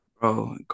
Bro